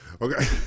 Okay